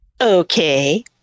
Okay